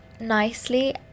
nicely